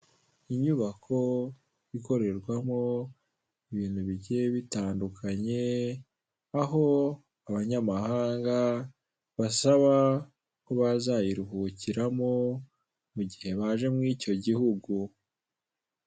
Inyubako ikorerwamo ibintu bigiye bitandukanye aho abanyamahanga basaba ko bazayiruhukiramo mu gihe baje mu icyo gihugu.